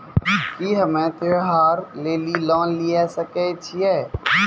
की हम्मय त्योहार लेली लोन लिये सकय छियै?